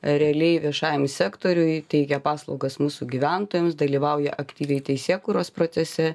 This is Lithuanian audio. realiai viešajam sektoriuj teikia paslaugas mūsų gyventojams dalyvauja aktyviai teisėkūros procese